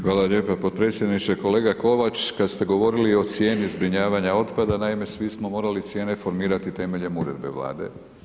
Hvala lijepa potpredsjedniče, kolega Kovač kad ste govorili o cijeni zbrinjavanja otpada, naime svi smo morali cijene formirati temeljem Uredbe Vlade.